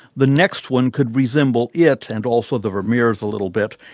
the next one could resemble yeah it, and also the vermeers a little bit.